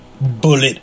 Bullet